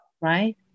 Right